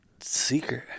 Secret